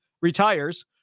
retires